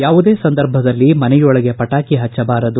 ಯಾವುದೇ ಸಂದರ್ಭದಲ್ಲಿ ಮನೆಯೊಳಗೆ ಪಟಾಕಿ ಹಚ್ಚಬಾರದು